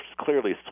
clearly